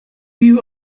you